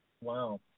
wow